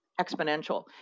exponential